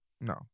No